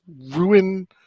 ruin